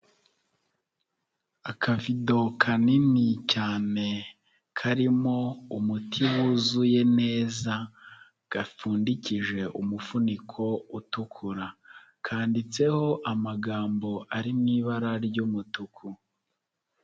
Akavido kanini cyane karimo umuti wuzuye neza gapfundikije umufuniko utukura kanditseho amagambo ari mu ibara ry'umutuku.